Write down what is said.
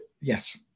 Yes